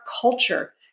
culture